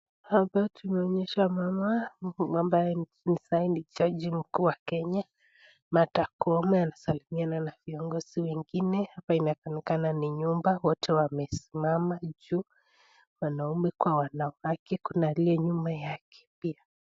Hapa tumeonyeshwa mama ambaye ni jaji mkuu wa Kenya, Martha Koome anasalimiana na viongozi wengine. Hapa inaonekana ni nyumba watu wamesimama juu wanaume kwa wanawake kuna aliye nyuma yake pia.